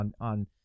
on